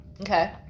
okay